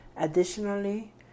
Additionally